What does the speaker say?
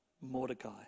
Mordecai